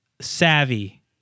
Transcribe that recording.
savvy